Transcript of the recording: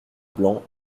blanc